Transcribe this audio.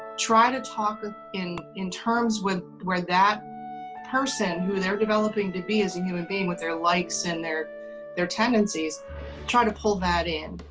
try to talk in in terms with where that person who they're developing to be as a human being with their likes in there their tendencies try to pull that in.